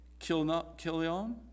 Kilion